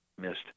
missed